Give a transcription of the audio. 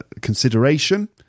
consideration